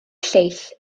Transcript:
lleill